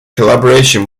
collaboration